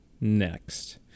next